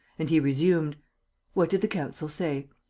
and he resumed what did the counsel say?